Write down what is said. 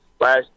last